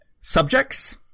subjects